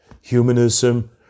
humanism